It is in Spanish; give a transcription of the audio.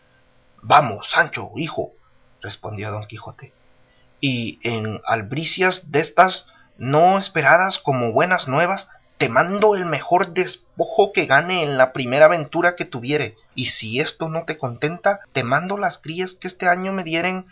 vamos sancho hijo respondió don quijote y en albricias destas no esperadas como buenas nuevas te mando el mejor despojo que ganare en la primera aventura que tuviere y si esto no te contenta te mando las crías que este año me dieren